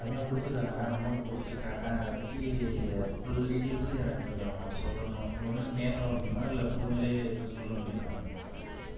கம்மியாக பிடிச்சிருக்காங்க அமௌண்ட் பிடிச்சிருக்காங்க அதை பற்றி அது ஃபுல் டீட்டெயில்ஸு எனக்கு கொஞ்சம் சொல்லணும் ஒன்று நேரில் வரணுமா இல்லை ஃபோனில் எதுவும் சொல்ல முடியுமா